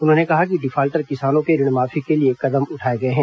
उन्होंने कहा कि डिफाल्टर किसानों के ऋणमाफी के लिए कदम उठाए गए हैं